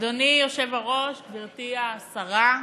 אדוני היושב-ראש, גברתי השרה,